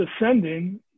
ascending